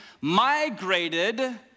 migrated